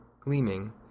gleaming